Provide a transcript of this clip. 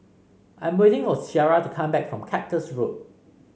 I'm waiting for Ciara to come back from Cactus Road